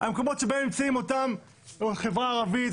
המקומות שבהם נמצאים החברה הערבית,